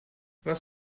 was